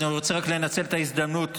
אני רוצה רק לנצל את ההזדמנות,